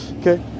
Okay